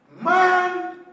Man